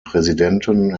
präsidenten